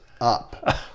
up